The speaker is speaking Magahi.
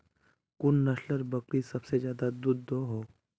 कुन नसलेर बकरी सबसे ज्यादा दूध दो हो?